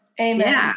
Amen